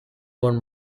con